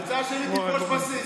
עכשיו עברת לדמגוגיה.